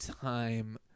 time